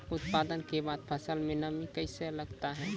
उत्पादन के बाद फसल मे नमी कैसे लगता हैं?